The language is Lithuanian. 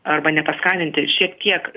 arba ne paskaninti šiek tiek